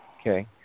Okay